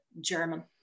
German